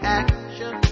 action